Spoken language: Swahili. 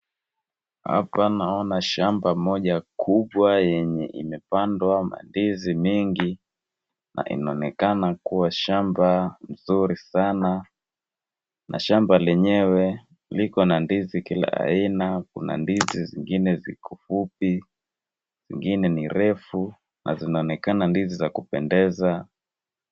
Hapa naona shamba moja kubwa yenye imepandwa ndizi mingi na inaonekana kuwa shamba nzuri sana na shamba lenyewe liko na ndizi kila aina. Kuna ndizi zingine ziko fupi na zingine ni refu na zinaonekana ndizi za kupendeza.